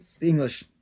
English